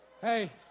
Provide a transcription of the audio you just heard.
Hey